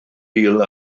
fil